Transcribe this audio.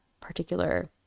particular